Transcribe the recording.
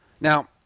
Now